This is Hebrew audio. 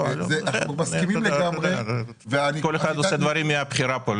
אנחנו מסכימים לגמרי --- כל אחד עושה דברים מבחירה פה.